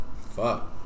Fuck